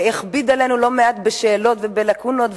שהכביד עלינו לא מעט בשאלות ובלקונות,